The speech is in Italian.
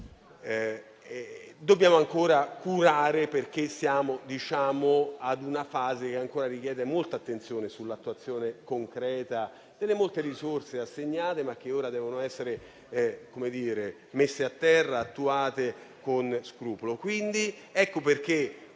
dobbiamo curare, perché siamo in una fase che ancora richiede molta attenzione sull'attuazione concreta delle molte risorse assegnate, che ora devono essere messe a terra e impiegate con scrupolo.